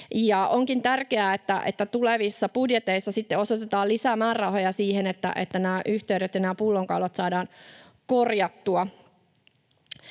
Onkin tärkeää, että tulevissa budjeteissa osoitetaan lisää määrärahoja siihen, että nämä yhteydet ja nämä pullonkaulat saadaan korjattua.